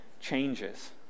changes